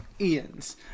Ian's